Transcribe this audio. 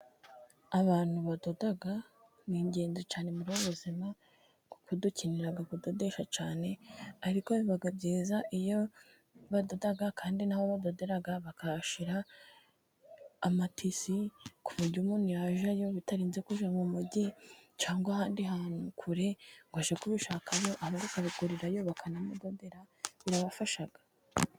Abantu badoda ni ingenzi cyane muri ubu buzima kuko dukenera kudodesha cyane, ariko biba byiza iyo badoda kandi n'aho badodera bakahashyira amatisi, ku buryo umuntu yajyayo bitarenze kujya mu mujyi cyangwa ahandi hantu kure, ngo ajye kubishakayo aba ari kubigurirayo bakanamudodera birabafasha.